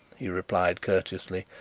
he replied courteously.